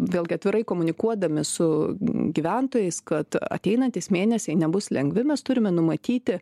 vėlgi atvirai komunikuodami su gyventojais kad ateinantys mėnesiai nebus lengvi mes turime numatyti